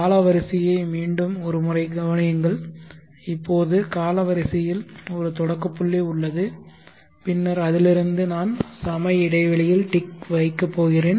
காலவரிசையை மீண்டும் ஒரு முறை கவனியுங்கள் இப்போது காலவரிசையில் ஒரு தொடக்க புள்ளி உள்ளது பின்னர் அதிலிருந்து நான் சம இடைவெளியில் டிக் வைக்க போகிறேன்